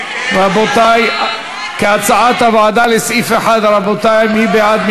רבותי, כהצעת הוועדה, סעיף 1, רבותי, מי בעד?